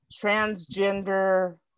transgender